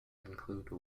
include